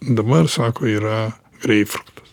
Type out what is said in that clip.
dabar sako yra greipfrutas